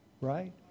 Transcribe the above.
Right